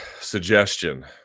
suggestion